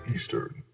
Eastern